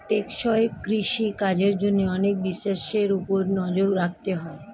টেকসই কৃষি কাজের জন্য অনেক বিষয়ের উপর নজর রাখতে হয়